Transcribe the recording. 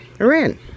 Iran